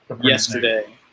yesterday